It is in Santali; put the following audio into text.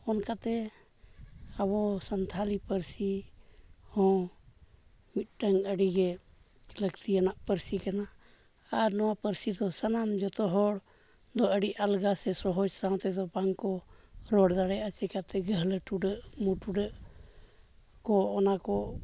ᱚᱱᱠᱟᱛᱮ ᱟᱵᱚ ᱥᱟᱱᱛᱟᱲᱤ ᱯᱟᱹᱨᱥᱤ ᱦᱚᱸ ᱢᱤᱫᱴᱟᱹᱝ ᱟᱹᱰᱤᱜᱮ ᱞᱟᱹᱠᱛᱤᱭᱟᱱᱟᱜ ᱯᱟᱹᱨᱥᱤ ᱠᱟᱱᱟ ᱟᱨ ᱱᱚᱣᱟ ᱯᱟᱹᱨᱥᱤ ᱫᱚ ᱥᱟᱱᱟᱢ ᱡᱚᱛᱚ ᱦᱚᱲ ᱫᱚ ᱟᱹᱰᱤ ᱟᱞᱜᱟ ᱥᱮ ᱥᱚᱦᱚᱡᱽ ᱥᱟᱣ ᱛᱮᱫᱚ ᱵᱟᱝ ᱠᱚ ᱨᱚᱲ ᱫᱟᱲᱮᱭᱟᱜᱼᱟ ᱪᱤᱠᱟᱹᱛᱮ ᱜᱟᱹᱦᱞᱟᱹ ᱴᱩᱰᱟᱹᱜ ᱢᱩᱸ ᱴᱩᱰᱟᱹᱜ ᱠᱚ ᱚᱱᱟ ᱠᱚ